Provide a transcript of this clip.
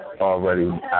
already